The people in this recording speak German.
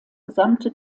gesamte